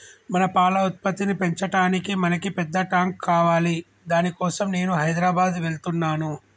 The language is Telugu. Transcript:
మన పాల ఉత్పత్తిని పెంచటానికి మనకి పెద్ద టాంక్ కావాలి దాని కోసం నేను హైదరాబాద్ వెళ్తున్నాను